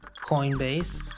Coinbase